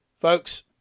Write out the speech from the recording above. Folks